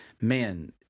man